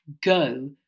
go